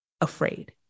afraid